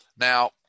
Now